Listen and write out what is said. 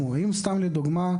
אם לדוגמה,